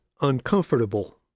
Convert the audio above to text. uncomfortable